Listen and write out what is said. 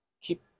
keep